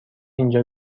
اینجا